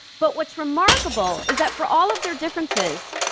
but what's remarkable, is that for all of their differences,